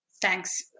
Thanks